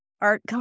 art